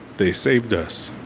they saved us.